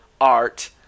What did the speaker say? Art